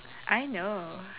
I know